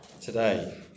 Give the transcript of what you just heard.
today